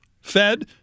fed